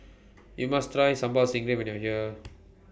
YOU must Try Sambal Stingray when YOU Are here